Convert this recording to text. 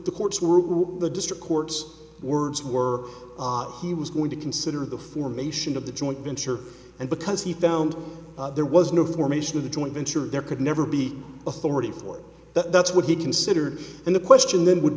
the courts rule the district court's words were he was going to consider the formation of the joint venture and because he found there was no formation of the joint venture there could never be authority for that's what he considered and the question then would